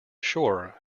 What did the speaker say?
ashore